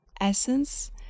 essence